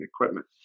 equipment